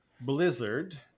Blizzard